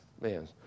man